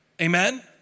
Amen